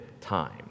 time